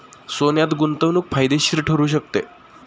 सोन्यात गुंतवणूक फायदेशीर ठरू शकते